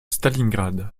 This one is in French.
stalingrad